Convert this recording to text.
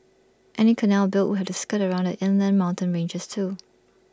any canal built would have to skirt around the inland mountain ranges too